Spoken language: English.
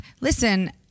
listen